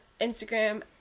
Instagram